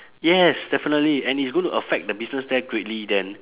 yes definitely and it's going to affect the business there greatly then